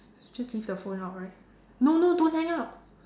let's just leave the phone out right no no don't hang up